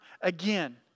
again